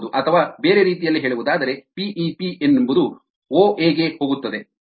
ನೀವು ಮಾಡಬಹುದು ಅಥವಾ ಬೇರೆ ರೀತಿಯಲ್ಲಿ ಹೇಳುವುದಾದರೆ ಪಿ ಇ ಪಿ ಎಂಬುದು ಓ ಎ ಗೆ ಹೋಗುತ್ತದೆ